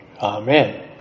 Amen